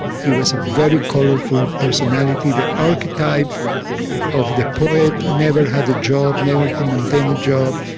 he was a very colourful personality the archetype of the poet. never had a job. never could maintain a job,